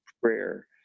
prayer